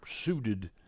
suited